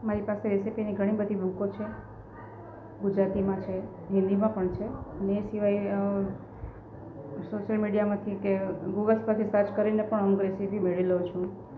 મારી પાસે રેસિપીની ઘણીબધી બૂકો છે ગુજરાતીમાં છે હિન્દીમાં પણ છે ને એ સિવાય સોસિયલ મીડિયામાંથી કે ગૂગલ્સ પરથી સર્ચ કરીને પણ હું રેસીપી મેળવી લઉં છું